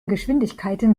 geschwindigkeiten